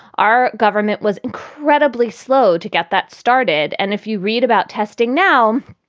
our government was incredibly slow to get that started. and if you read about testing now,